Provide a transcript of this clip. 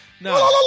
No